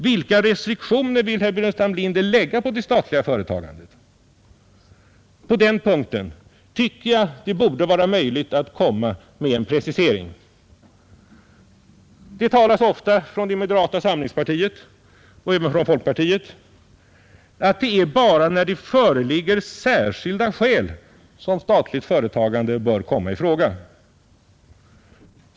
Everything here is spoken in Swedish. Vilka restriktioner vill herr Burenstam Linder då i princip lägga på det statliga företagandet? På denna punkt tycker jag att det borde vara möjligt att komma med en precisering. Det talas ofta från moderata samlingspartiet, och även från folkpartiet, om att det bara är när det föreligger särskilda skäl som statligt företagande bör komma i fråga.